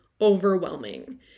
overwhelming